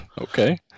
Okay